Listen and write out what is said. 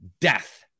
death